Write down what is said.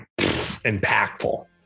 impactful